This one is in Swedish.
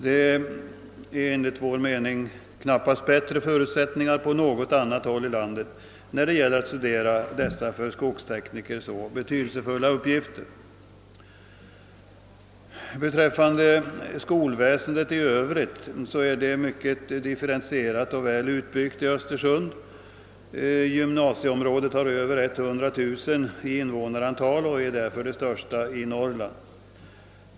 Det finns enligt vår mening knappast bättre förutsättningar på något annat håll i landet att studera dessa för skogstekniker så betydelsefulla uppgifter. Skolväsendet i övrigt är mycket differentierat och väl utbyggt i Östersund. Gymnasiet har etf upptagningsområde på över 100000 personer och är därmed det största i Norrland.